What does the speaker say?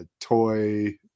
toy